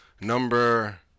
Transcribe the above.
number